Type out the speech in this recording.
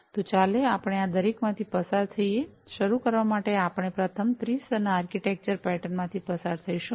તો ચાલો આપણે આ દરેકમાંથી પસાર થઈએ શરૂ કરવા માટે આપણે પ્રથમ ત્રિ સ્તરના આર્કિટેક્ચર પેટર્ન માંથી પસાર થઈશું